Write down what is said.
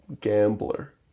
gambler